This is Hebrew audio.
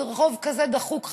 רוב כזה דחוק.